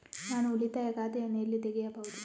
ನಾನು ಉಳಿತಾಯ ಖಾತೆಯನ್ನು ಎಲ್ಲಿ ತೆಗೆಯಬಹುದು?